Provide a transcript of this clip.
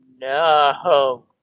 no